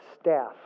staff